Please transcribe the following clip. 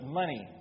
money